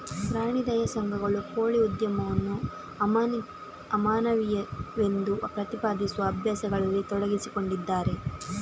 ಪ್ರಾಣಿ ದಯಾ ಸಂಘಗಳು ಕೋಳಿ ಉದ್ಯಮವನ್ನು ಅಮಾನವೀಯವೆಂದು ಪ್ರತಿಪಾದಿಸುವ ಅಭ್ಯಾಸಗಳಲ್ಲಿ ತೊಡಗಿಸಿಕೊಂಡಿದ್ದಾರೆ